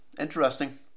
Interesting